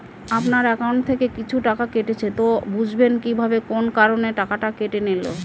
আপনার একাউন্ট থেকে কিছু টাকা কেটেছে তো বুঝবেন কিভাবে কোন কারণে টাকাটা কেটে নিল?